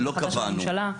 החלטה של הממשלה.